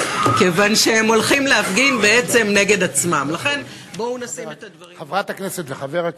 כבוד השר, שר המשפטים, חברת הכנסת וחבר הכנסת,